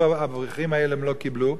שהאברכים האלה רצו ולא קיבלו.